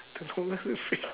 I don't know what's the phrase